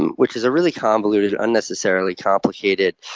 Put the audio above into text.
and which is a really convoluted, unnecessarily complicated,